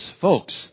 folks